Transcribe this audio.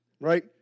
right